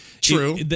True